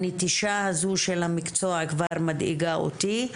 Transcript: הנטישה הזו של המקצוע כבר מדאיגה אותי.